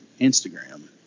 instagram